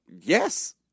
yes